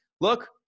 look